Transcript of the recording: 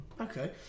Okay